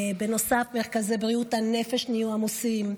בנוסף, מרכזי בריאות הנפש נהיו עמוסים.